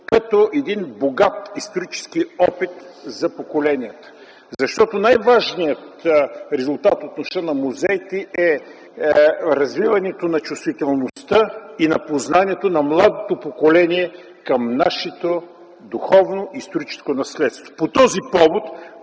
като един богат исторически опит за поколенията. Защото най-важният резултат от Нощта на музеите е развиването на чувствителността и на познанието на младото поколение към нашето духовно историческо наследство. По този повод